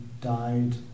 died